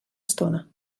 estona